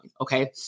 Okay